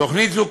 תוכנית זו,